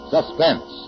Suspense